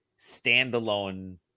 standalone